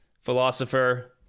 philosopher